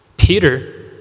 Peter